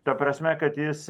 ta prasme kad jis